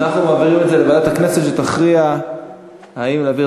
מעבירים את זה לוועדת הכנסת שתכריע האם להעביר